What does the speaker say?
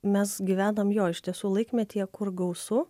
mes gyvenam jo iš tiesų laikmetyje kur gausu